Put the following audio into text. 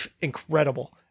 incredible